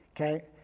Okay